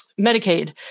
Medicaid